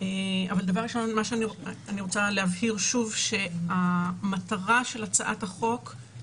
אבל אני רוצה להבהיר שוב שהמטרה של הצעת החוק היא